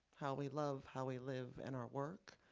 how we love, how we live, in our work,